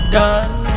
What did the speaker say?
done